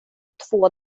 två